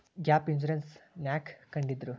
Gap insurance ನ್ಯಾಕ್ ಕಂಢಿಡ್ದ್ರು?